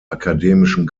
akademischen